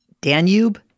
Danube